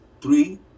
three